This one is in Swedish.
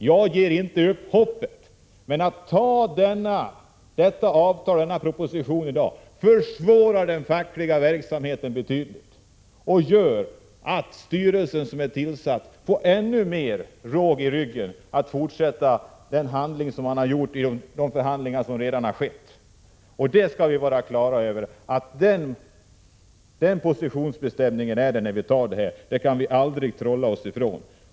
Jag ger inte upp hoppet, men att ta detta avtal försvårar den fackliga verksamheten betydligt och gör att den styrelse som är tillsatt får ännu mer råg i ryggen att fortsätta som den börjat vid de redan förda förhandlingarna. En sak skall vi vara på det klara med, och det är att positionsbestämningen när vi tar det här beslutet kan vi aldrig trolla oss ifrån.